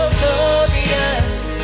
glorious